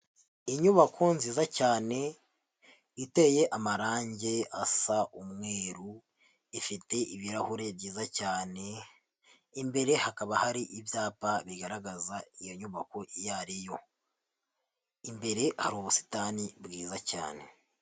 Inyubako nziza cyane iteye amarange asa umweru, ifite ibirahure byiza cyane, imbere hakaba hari ibyapa bigaragaza iyo nyubako iyo ariyo, imbere hari ubusitani bwiza cyane.